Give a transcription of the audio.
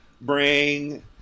bring